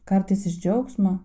kartais iš džiaugsmo